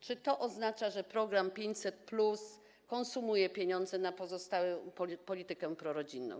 Czy to oznacza, że program 500+ konsumuje pieniądze na pozostałą politykę prorodzinną?